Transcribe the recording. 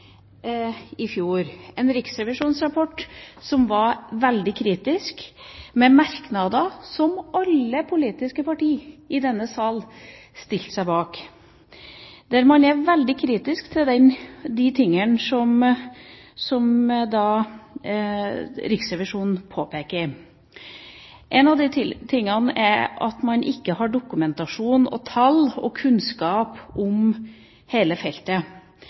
i fjor – en riksrevisjonsrapport som var veldig kritisk, med merknader som alle politiske partier i denne sal stilte seg bak, og der man er veldig kritisk til det som Riksrevisjonen påpekte. En av de tingene er at man ikke har dokumentasjon, tall og kunnskap om hele feltet.